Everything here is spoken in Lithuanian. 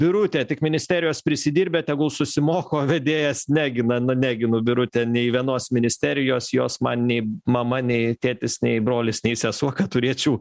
birutė tik ministerijos prisidirbę tegul susimoka o vedėjas negina na neginu birute nei vienos ministerijos jos man nei mama nei tėtis nei brolis nei sesuo kad turėčiau